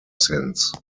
since